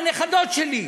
הנכדות שלי,